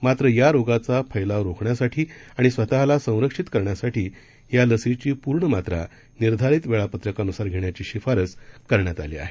मात्र या रोगाचा फैलाव रोखण्यासाठी आणि स्वतःला संरक्षित करण्यासाठी या लसीची पूर्ण मात्रा निर्धारित वेळापत्रकानुसार घेण्याची शिफारस करण्यात आली आहे